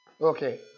okay